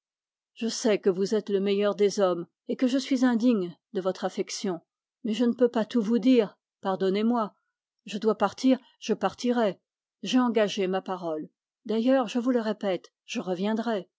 vous êtes le meilleur des hommes et je suis indigne de votre affection mais je ne peux pas tout vous dire pardonnez-moi j'ai engagé ma parole d'ailleurs je vous le répète je reviendrai